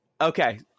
Okay